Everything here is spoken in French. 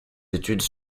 études